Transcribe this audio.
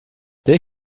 die